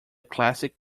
classic